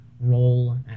role